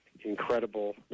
incredible